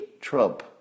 Trump